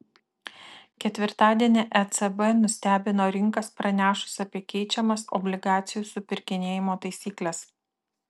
ketvirtadienį ecb nustebino rinkas pranešus apie keičiamas obligacijų supirkinėjimo taisykles